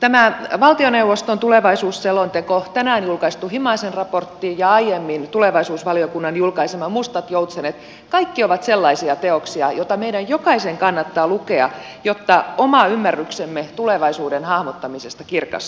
tämä valtioneuvoston tulevaisuusselonteko tänään julkaistu himasen raportti ja aiemmin tulevaisuusvaliokunnan julkaisema mustat joutsenet ovat kaikki sellaisia teoksia joita meidän jokaisen kannattaa lukea jotta oma ymmärryksemme tulevaisuuden hahmottamisesta kirkastuu